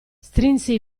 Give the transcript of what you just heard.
strinse